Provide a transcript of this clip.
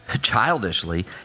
Childishly